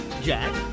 jack